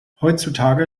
heutzutage